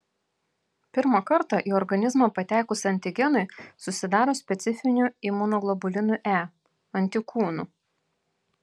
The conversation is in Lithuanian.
pirmą kartą į organizmą patekus antigenui susidaro specifinių imunoglobulinų e antikūnų